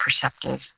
perceptive